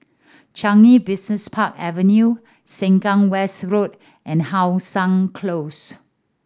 Changi Business Park Avenue Sengkang West Road and How Sun Close